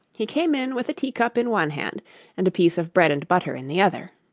he came in with a teacup in one hand and a piece of bread-and-butter in the other.